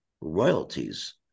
royalties